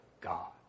God